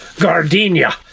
gardenia